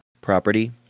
property